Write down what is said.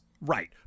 Right